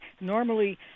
Normally